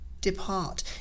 Depart